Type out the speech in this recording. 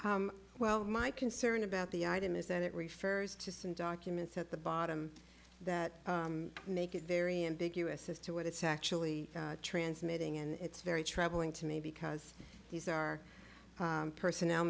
why well my concern about the item is that it refers to some documents at the bottom that make it very ambiguous as to what it's actually transmitting and it's very troubling to me because these are person